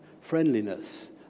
friendliness